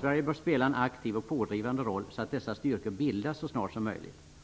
Sverige bör spela en aktiv och pådrivande roll så att dessa styrkor bildas så snart som möjligt.